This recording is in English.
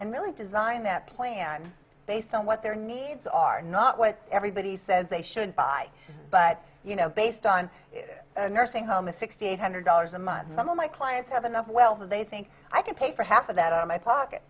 and really design that plan based on what their needs are not what everybody says they should buy but you know based on a nursing home a sixty eight hundred dollars a month some of my clients have enough well that they think i can pay for half of that out of my pocket